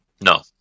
No